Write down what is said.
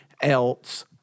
else